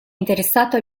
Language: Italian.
interessato